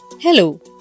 Hello